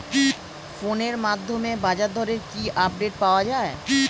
ফোনের মাধ্যমে বাজারদরের কি আপডেট পাওয়া যায়?